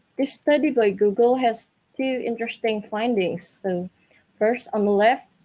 this study by google has two interesting findings. so first, on the left,